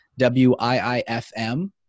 WIIFM